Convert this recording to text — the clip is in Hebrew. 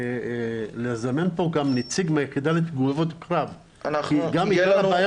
לזמן פה גם נציג מהיחידה לתגובות קרב --- באיתור